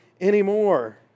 anymore